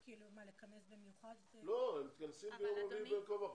הם בין כה וכה מתכנסים ביום רביעי.